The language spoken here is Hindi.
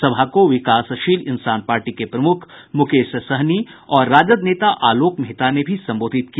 सभा को विकासशील इंसान पार्टी के प्रमुख मुकेश सहनी और राजद नेता आलोक मेहता ने भी संबोधित किया